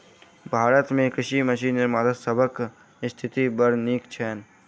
भारत मे कृषि मशीन निर्माता सभक स्थिति बड़ नीक छैन